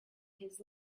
his